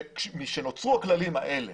משנוצרו הכללים האלה,